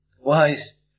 Wise